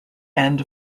end